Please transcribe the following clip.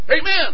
Amen